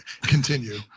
continue